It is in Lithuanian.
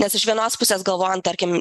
nes iš vienos pusės galvojant tarkim